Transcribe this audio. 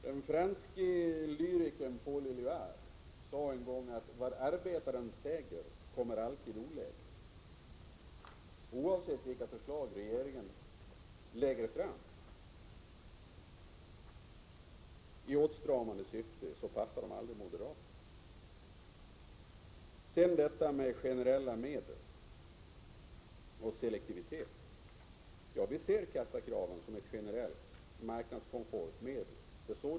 Den franske lyrikern Paul Eluard sade en gång att vad arbetaren säger kommer alltid olägligt. Oavsett vilka förslag regeringen lägger fram i åtstramande syfte, passar de aldrig moderaterna. Sedan till frågan om generella medel och selektivitet: Ja, vi ser kassakraven som ett generellt, marknadskonformt medel.